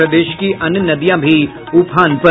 प्रदेश की अन्य नदियाँ भी उफान पर